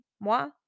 moi